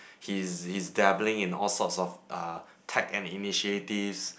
he is is dabbling in all sorts of uh tech and initiatives